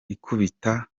ikubita